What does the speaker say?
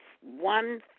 one